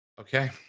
okay